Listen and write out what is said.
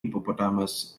hippopotamus